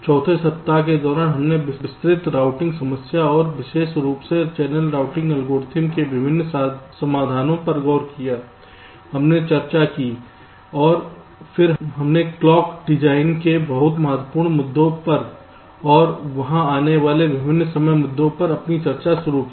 चौथे सप्ताह के दौरान हमने विस्तृत रूटिंग समस्या और विशेष रूप से चैनल रूटिंग एल्गोरिदम के विभिन्न समाधानों पर गौर किया हमने चर्चा की है और फिर हमने क्लॉक डिजाइन के बहुत महत्वपूर्ण मुद्दे पर और वहां आने वाले विभिन्न समय मुद्दों पर अपनी चर्चा शुरू की